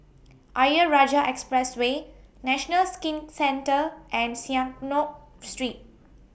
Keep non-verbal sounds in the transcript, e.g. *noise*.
Ayer Rajah Expressway National Skin Centre and *unintelligible* Street